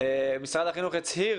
משרד החינוך הצהיר